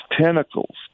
tentacles